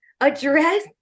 address